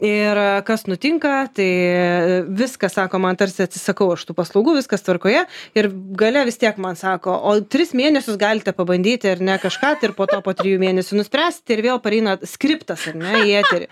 ir kas nutinka tai viskas sako man tarsi atsisakau aš tų paslaugų viskas tvarkoje ir gale vis tiek man sako o tris mėnesius galite pabandyti ar ne kažką tai ir po to po trijų mėnesių nuspręsit ir vėl pareina skriptas ar ne į eterį